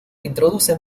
introducen